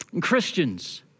Christians